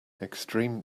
extreme